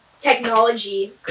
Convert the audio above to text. technology